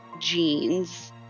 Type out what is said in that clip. jeans